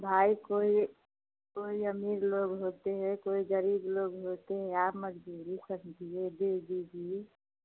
भाई कोई कोई अमीर लोग होते हैं कोई गरीब लोग होते हैं आप मज़दूरी करती है दे दीजिए